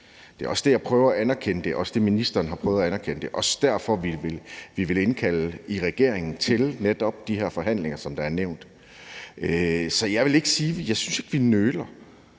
Det er også det, jeg prøver at anerkende; det er også det, ministeren har prøvet at anerkende. Det er også derfor, vi i regeringen vil indkalde til netop de her forhandlinger, som der er nævnt. Så jeg synes ikke, at vi nøler.